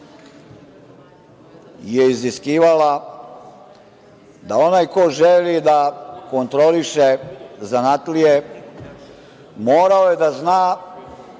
je iziskivala da onaj ko želi da kontroliše zanatlije, morao je da zna